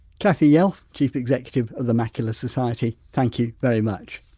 whitecathy yelf, chief executive of the macular society, thank you very much.